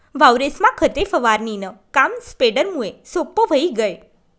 वावरेस्मा खते फवारणीनं काम स्प्रेडरमुये सोप्पं व्हयी गय